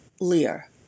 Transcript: Lear